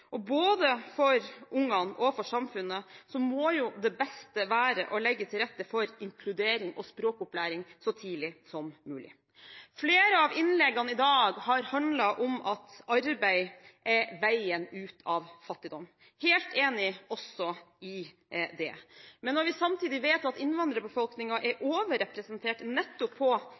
Både for ungene og for samfunnet må det beste være å legge til rette for inkludering og språkopplæring så tidlig som mulig. Flere av innleggene i dag har handlet om at arbeid er veien ut av fattigdom. Jeg er helt enig også i det. Men når vi samtidig vet at innvandrerbefolkningen er overrepresentert på nettopp